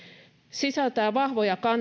sisältää vahvoja